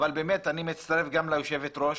אבל באמת אני מצטרף לדברי היושבת ראש.